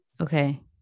Okay